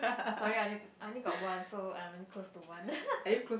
sorry I only I only got one so I'm only close to one